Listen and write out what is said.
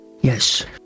Yes